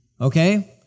okay